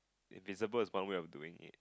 invisible is one way of doing it